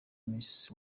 miss